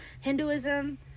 Hinduism